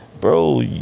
bro